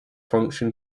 function